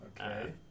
Okay